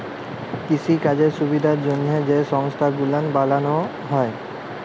কিসিকাজের সুবিধার জ্যনহে যে সংস্থা গুলান বালালো হ্যয়